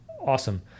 Awesome